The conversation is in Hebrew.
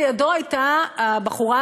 לידו הייתה הבחורה,